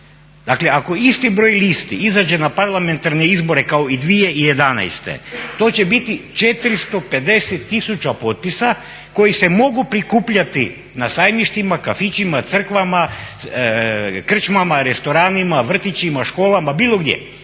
Dakle, ako isti broj listi izađe na parlamentarne izbore kao i 2011. to će biti 450 tisuća potpisa koji se mogu prikupljati na sajmištima, kafićima, crkvama, krčmama, restoranima, vrtićima, školama, bilo gdje.